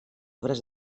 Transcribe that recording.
obres